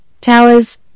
towers